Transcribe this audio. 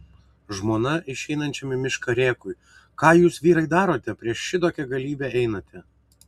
žmona išeinančiam į mišką rėkui ką jūs vyrai darote prieš šitokią galybę einate